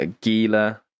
Gila